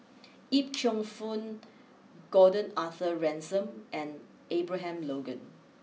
Yip Cheong fun Gordon Arthur Ransome and Abraham Logan